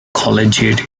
collegiate